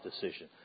decision